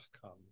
comes